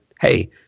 hey